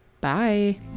Bye